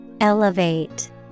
Elevate